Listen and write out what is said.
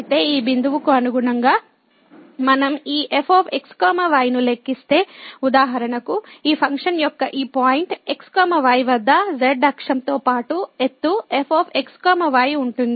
అయితే ఈ బిందువుకు అనుగుణంగా మనం ఈ f x y ను లెక్కిస్తే ఉదాహరణకు ఈ ఫంక్షన్ యొక్క ఈ పాయింట్ x y వద్ద z అక్షంతో పాటు ఎత్తు f x y ఉంటుంది